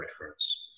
reference